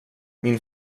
min